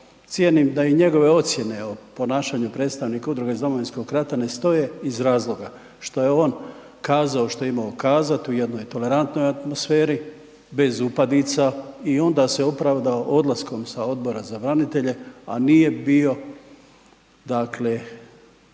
cijenim da i njegove ocijene o ponašanju predstavnika udruge iz domovinskog rata ne stoje iz razloga što je on kazao što je imao kazat u jednoj tolerantnoj atmosferi bez upadica i onda se opravdao odlaskom sa Odbora za branitelje, a nije bio dakle